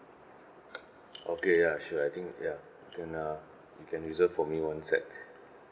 okay ya sure I think ya can uh you can reserve for me one set